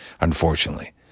Unfortunately